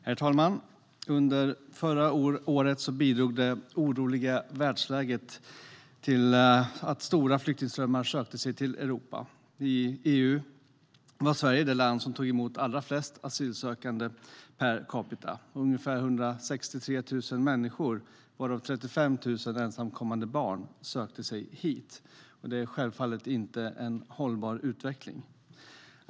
Herr talman! Under förra året bidrog det oroliga världsläget till att stora flyktingströmmar sökte sig till Europa. I EU var Sverige det land som tog emot allra flest asylsökande per capita. Ungefär 163 000 människor, varav 35 000 ensamkommande barn, sökte sig hit. Det är självfallet inte en hållbar utveckling.